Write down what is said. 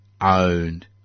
owned